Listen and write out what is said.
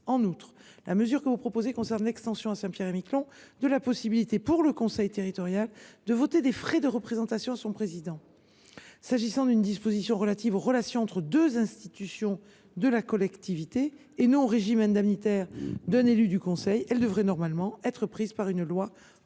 En outre, la mesure que vous proposez concerne l’extension à Saint Pierre et Miquelon de la possibilité pour le conseil territorial de voter des frais de représentation pour son président. Cette disposition portant sur les relations entre deux institutions de la collectivité, et non sur le régime indemnitaire d’un élu du conseil, elle devrait être inscrite dans une loi